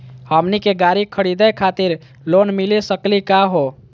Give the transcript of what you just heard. हमनी के गाड़ी खरीदै खातिर लोन मिली सकली का हो?